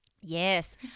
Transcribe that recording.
Yes